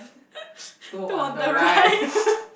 to authorise